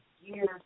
years